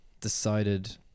decided